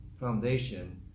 foundation